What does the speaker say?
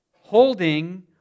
holding